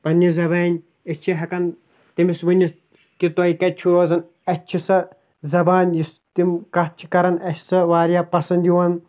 پنٛنہِ زبانہِ أسۍ چھِ ہٮ۪کان تیٚمِس ؤنِتھ کہ تۄہِہ کَتہِ چھو روزان اَسہِ چھِ سۄ زبان یُس تِم کَتھ چھِ کَران اَسہِ چھِ سۄ واریاہ پسنٛد یِوان